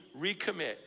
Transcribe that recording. recommit